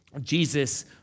Jesus